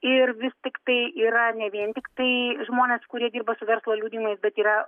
ir vis tiktai yra ne vien tiktai žmonės kurie dirba su verslo liudijimais bet yra